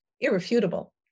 irrefutable